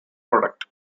product